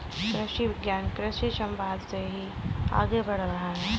कृषि विज्ञान कृषि समवाद से ही आगे बढ़ रहा है